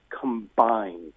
combined